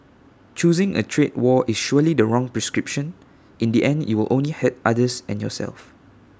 choosing A trade war is surely the wrong prescription in the end you will only hurt others and yourself